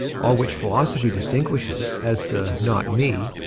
all which philosophy distinguishes as the not me,